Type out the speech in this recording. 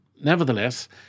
nevertheless